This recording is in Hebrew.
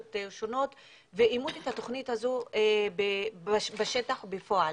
שונות --- את התוכנית הזאת בשטח בפועל.